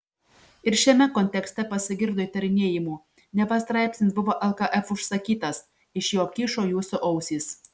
ir šiame kontekste pasigirdo įtarinėjimų neva straipsnis buvo lkf užsakytas iš jo kyšo jūsų ausys